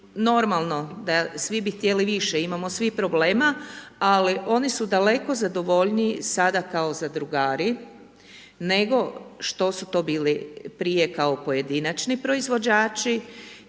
normalno da svi bi htjeli više, imamo svi problema ali oni su daleko zadovoljniji sada kao zadrugari nego što su to bili prije kao pojedinačni proizvođači